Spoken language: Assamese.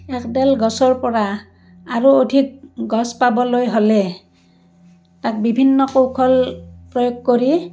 একডাল গছৰ পৰা আৰু অধিক গছ পাবলৈ হ'লে তাক বিভিন্ন কৌশল প্ৰয়োগ কৰি